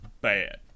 bad